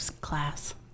class